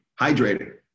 hydrating